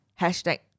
Hashtag